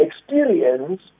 experience